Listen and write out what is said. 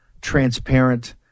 transparent